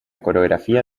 coreografía